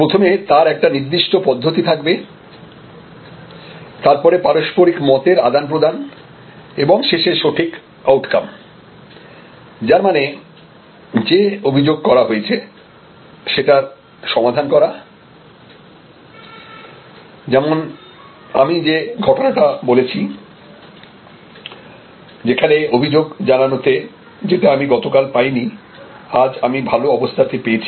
প্রথমে তার একটা নির্দিষ্ট পদ্ধতি থাকবে তারপরে পারস্পরিক মতের আদান প্রদান এবং শেষে সঠিক আউটকাম যার মানে যে অভিযোগ করা হয়েছে সেটার সমাধান করা যেমন আমি যে ঘটনাটা বলেছি যেখানে অভিযোগ জানানোতে যেটা আমি গতকাল পাইনি আজ আমি ভালো অবস্থাতে পেয়েছি